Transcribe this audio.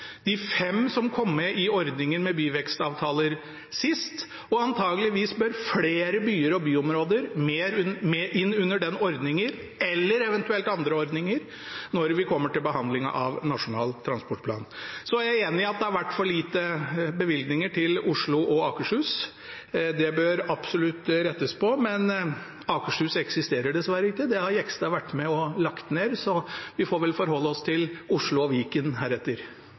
de fem som kom med i ordningen med byvekstavtaler sist – og antagelig bør flere byer og byområder inn under den ordningen, eller eventuelt under andre ordninger, når vi kommer til behandlingen av Nasjonal transportplan. Jeg er enig i at det har vært for lite bevilgninger til Oslo og Akershus. Det bør absolutt rettes på, men Akershus eksisterer dessverre ikke – det har Jegstad vært med på å legge ned. Så vi får vel forholde oss til Oslo og Viken heretter.